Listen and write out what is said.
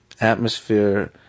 atmosphere